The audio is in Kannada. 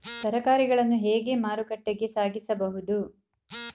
ತರಕಾರಿಗಳನ್ನು ಹೇಗೆ ಮಾರುಕಟ್ಟೆಗೆ ಸಾಗಿಸಬಹುದು?